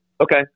Okay